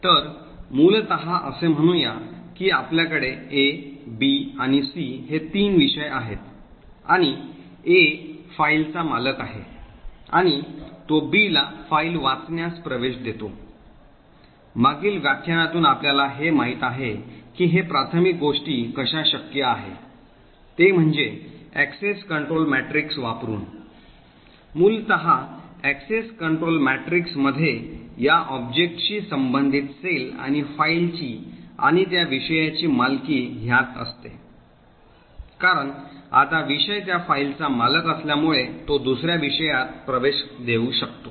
तर मूलत असे म्हणूया की आपल्याकडे A B आणि C हे तीन विषय आहेत आणि A फाईलचा मालक आहे आणि तो B ला फाईल वाचण्यास प्रवेश देतो मागील व्याख्यानातून आपल्याला हे माहित आहे की हे प्राथमिक गोष्टी कशा शक्य आहे ते म्हणजे access control matrix वापरून मूलत access control matrix मध्ये या ऑब्जेक्टशी संबंधित सेल आणि फाइलची आणि त्या विषयाची मालकी ह्यात असते कारण आता विषय त्या फाईलचा मालक असल्यामुळे तो दुसर्या विषयात प्रवेश देऊ शकतो